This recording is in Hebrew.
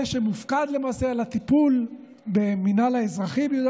זה שמופקד למעשה על הטיפול במינהל האזרחי ביהודה